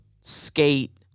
skate